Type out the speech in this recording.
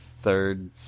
third